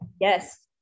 yes